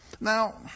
Now